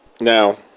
Now